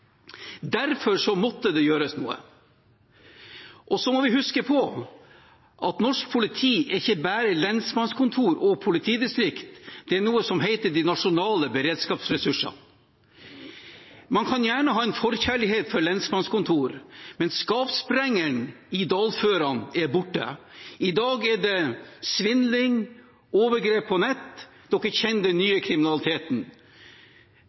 Derfor måtte det gjøres noe. Så må vi huske på at norsk politi er ikke bare lensmannskontorer og politidistrikter. Det er noe som heter de nasjonale beredskapsressursene. Man kan gjerne ha en forkjærlighet for lensmannskontorer, men skapsprengeren i dalførene er borte. I dag er det svindling, overgrep på nett – en kjenner den